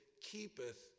keepeth